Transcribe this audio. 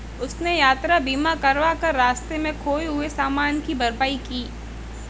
उसने यात्रा बीमा करवा कर रास्ते में खोए हुए सामान की भरपाई की